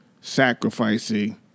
sacrificing